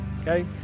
Okay